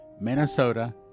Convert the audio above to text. Minnesota